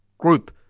group